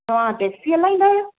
तव्हां टैक्सी हलाईंदा आहियो